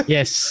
Yes